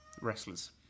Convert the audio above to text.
wrestlers